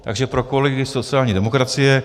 Takže pro kolegy sociální demokracie.